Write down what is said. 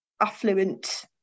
affluent